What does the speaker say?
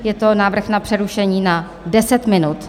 Je to návrh na přerušení na 10 minut.